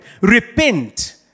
repent